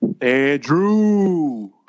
Andrew